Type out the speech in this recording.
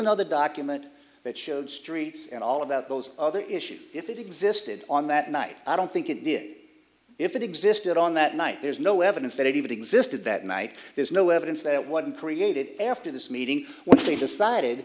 another document that showed streets and all of that those other issues if it existed on that night i don't think it did if it existed on that night there's no evidence that it even existed that night there's no evidence that wasn't created after this meeting what they decided